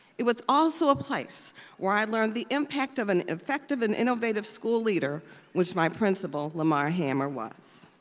it was also a place where i learned the impact of an effective and innovative school leader which my principal lamar hammer was.